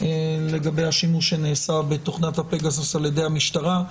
לגבי השימוש שנעשה בתוכנת הפגסוס על ידי המשטרה.